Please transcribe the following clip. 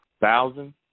Thousand